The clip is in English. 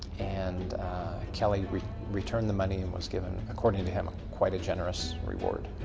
and kelley returned the money and was given, according to him, ah quite a generous reward.